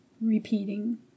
repeating